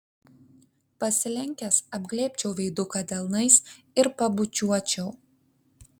pasilenkęs apglėbčiau veiduką delnais ir pabučiuočiau